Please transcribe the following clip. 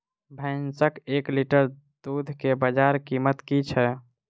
भैंसक एक लीटर दुध केँ बजार कीमत की छै?